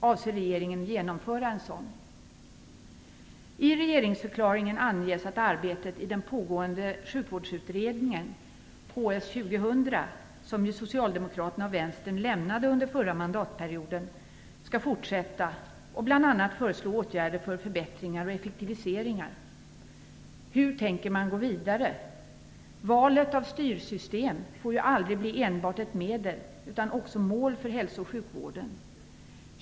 Avser regeringen att genomföra en sådan? Socialdemokraterna och vänstern lämnade under förra mandatperioden, skall fortsätta. Bl.a. skall åtgärder för förbättringar och effektiviseringar föreslås. Hur tänker man gå vidare? Valet av styrsystem får ju aldrig bli enbart ett medel, utan det skall också vara ett mål för hälso och sjukvården.